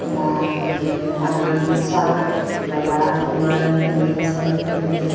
বা এই পালনাম চাওঁ বজাৰ সোমাই এনেকুৱা চাওঁ এই